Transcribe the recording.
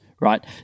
right